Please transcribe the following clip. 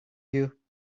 you